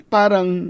parang